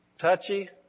Touchy